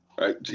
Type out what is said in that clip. right